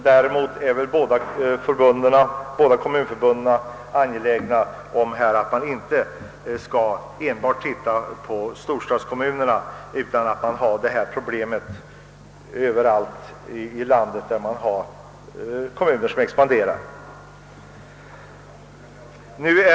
Däremot är väl båda dessa förbund angelägna om att utredningen skall gälla inte enbart storstadskommunerna utan avse alla kommuner i landet som expanderar.